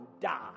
die